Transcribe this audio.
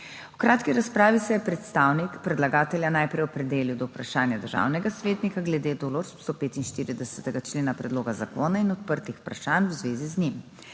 V kratki razpravi se je predstavnik predlagatelja najprej opredelil do vprašanja državnega svetnika glede določb 145. člena predloga zakona in odprtih vprašanj v zvezi z njim.